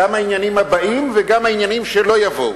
גם העניינים הבאים וגם העניינים שלא יבואו.